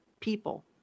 people